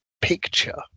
picture